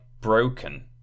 broken